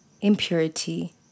impurity